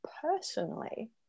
personally